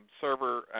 server